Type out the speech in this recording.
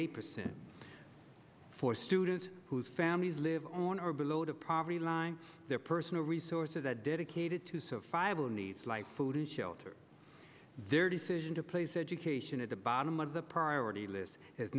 eight percent for students whose families live on or below the poverty line their personal resources that dedicated to so fiber needs like food and shelter their decision to place education at the bottom of the priority list